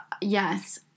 Yes